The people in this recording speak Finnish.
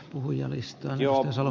arvoisa puhemies